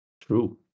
True